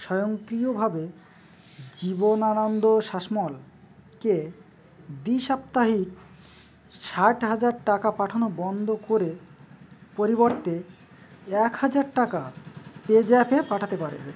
স্বয়ংক্রিয়ভাবে জীবনানন্দ শাসমলকে দ্বী সাপ্তাহিক ষাট হাজার টাকা পাঠানো বন্ধ করে পরিবর্তে এক হাজার টাকা পেজ্যাপে পাঠাতে পারবে